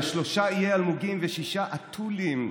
תעלה.